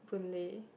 Boon Lay